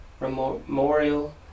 Memorial